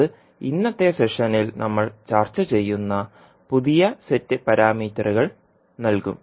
അത് ഇന്നത്തെ സെഷനിൽ നമ്മൾ ചർച്ച ചെയ്യുന്ന പുതിയ സെറ്റ് പാരാമീറ്ററുകൾ നൽകും